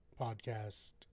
podcast